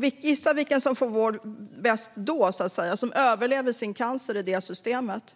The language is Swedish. Gissa vilka som i ett sådant system lättast får vård och som överlever sin cancer!